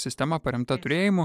sistema paremta turėjimu